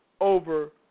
over